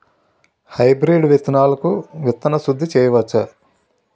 Hybrid విత్తనాలకు విత్తన శుద్ది చేయవచ్చ?